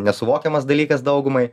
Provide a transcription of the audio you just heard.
nesuvokiamas dalykas daugumai